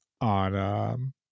on